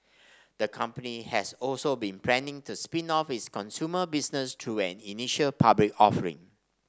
the company has also been planning to spin off its consumer business through an initial public offering